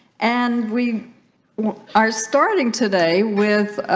and we are starting today with